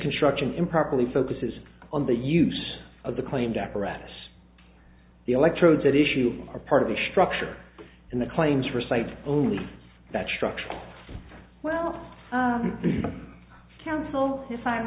construction improperly focuses on the use of the claimed apparatus the electrodes at issue are part of the structure and the claims for site only that structure well council if i'm